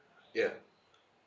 yeah